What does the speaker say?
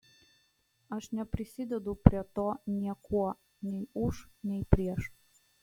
aš neprisidedu prie to niekuo nei už nei prieš